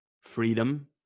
freedom